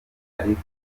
ariko